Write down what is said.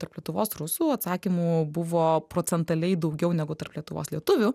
tarp lietuvos rusų atsakymų buvo procentaliai daugiau negu tarp lietuvos lietuvių